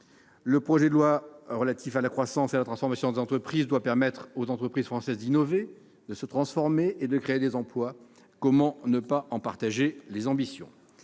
Le projet de loi relatif à la croissance et la transformation des entreprises doit permettre aux entreprises françaises d'innover, de se transformer et de créer des emplois. Comment ne pas en partager les ambitions ?